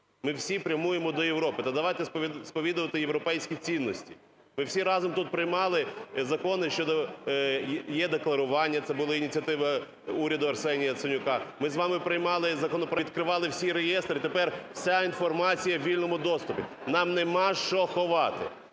Ми всі прямує до Європи, то давайте сповідувати європейські цінності. Ми всі разом тут приймали закони щодо е-декларування, це були ініціативи уряду Арсенія Яценюка, ми з вами приймали законопроекти, якими відкривали всі реєстри, тепер вся інформація у вільному доступі. Нам нема що ховати.